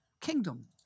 kingdom